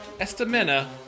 Estamina